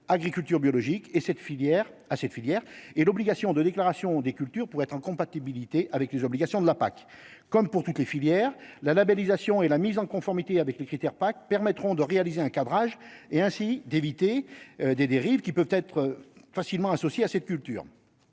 et cette filière à cette filière et l'obligation de déclaration des cultures pour être incompatibilité avec les obligations de la PAC, comme pour toutes les filières, la labellisation et la mise en conformité avec les critères permettront de réaliser un cadrage et ainsi d'éviter des dérives qui peuvent être facilement associé à cette culture.